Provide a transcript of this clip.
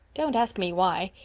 don't ask me why.